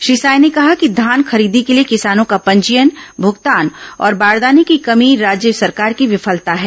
श्री साय ने कहा कि धान खरीदी के लिए किसानों का पंजीयन भूगतान और बारदाने की कमी राज्य सरकार की विफलता है